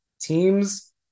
teams